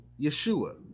Yeshua